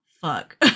fuck